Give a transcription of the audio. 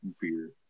beer